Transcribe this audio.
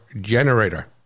generator